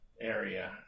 area